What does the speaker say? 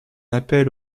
appel